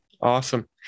Awesome